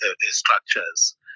structures